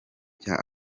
cya